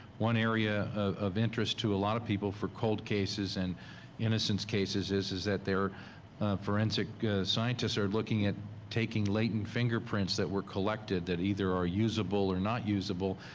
one area of interest to a lot of people for cold cases and innocence cases is, is that there are forensic scientists are looking at taking latent fingerprints that were collected that either are usable or not usable,